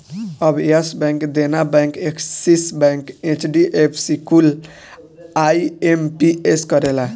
अब Yes bank, Dena bank, Axis bank, HDFC कुल IMPS करेला